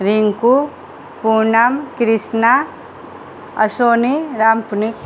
Rinku Poonam Krishna Ashwini Ram Punik